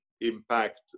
impact